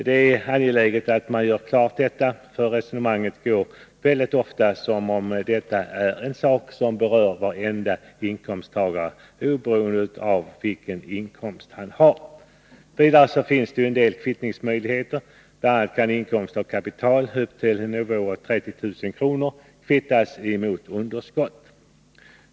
Det är angeläget att göra klart detta, för resonemanget förs mycket ofta som om detta är en sak som berör varenda inkomsttagare oberoende av vilken inkomst han har. Vidare finns en del kvittningsmöjligheter. Bl. a. kan inkomst av kapital upp till en nivå av 30 000 kr. kvittas mot underskott.